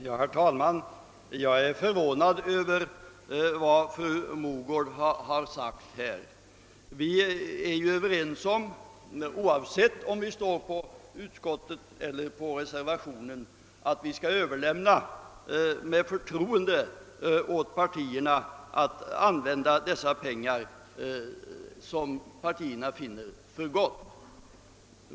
Herr talman! Jag är förvånad över vad fru Mogård har anfört. Oavsett om vi ansluter oss till utskottets eller till reservanternas mening är vi överens om att vi skall med förtroende överlåta åt partierna att använda dessa pengar på det sätt som partierna finner för gott.